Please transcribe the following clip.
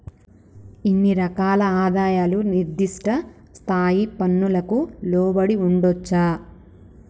ఇన్ని రకాల ఆదాయాలు నిర్దిష్ట స్థాయి పన్నులకు లోబడి ఉండొచ్చా